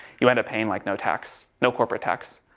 you end up paying like no tax, no corporate tax.